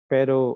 Pero